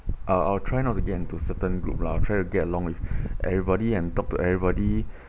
I'll I'll try not to get into a certain group lah I'll try to get along with everybody and talk to everybody